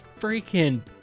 freaking